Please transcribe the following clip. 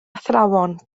athrawon